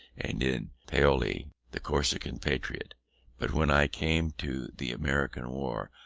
and in paoli, the corsican patriot but when i came to the american war,